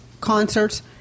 concerts